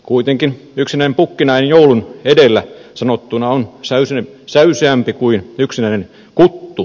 kuitenkin yksinäinen pukki näin joulun edellä sanottuna on säyseämpi kuin yksinäinen kuttu